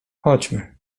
chodźmy